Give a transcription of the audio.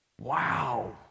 Wow